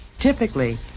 Typically